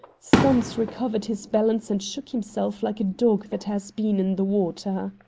stumps recovered his balance and shook himself like a dog that has been in the water.